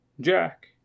Jack